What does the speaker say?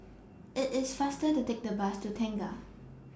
IT IS faster to Take The Bus to Tengah